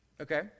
okay